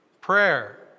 prayer